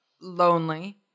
lonely